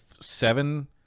seven